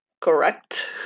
Correct